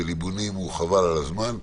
בליבונים הוא חבל על הזמן.